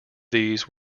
these